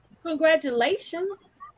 congratulations